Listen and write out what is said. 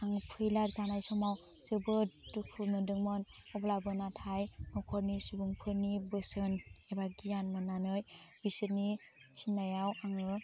आङो फेलार जानाय समाव जोबोद दुखु मोनदोंमोन अब्लाबो नाथाइ न'खरनि सुबुंफोरनि बोसोन एबा गियान मोन्नानै बिसोरनि थिन्नायाव आङो